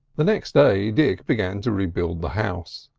the next day dick began to rebuild the house.